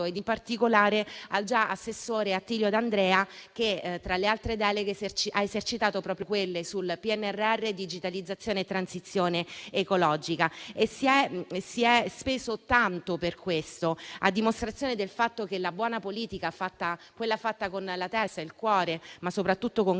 in particolare al già assessore Attilio D'Andrea che, tra le altre deleghe, ha esercitato proprio quelle sul PNRR, digitalizzazione e transizione ecologica, e si è speso tanto per questo, a dimostrazione del fatto che la buona politica, quella fatta con la testa, con il cuore e soprattutto con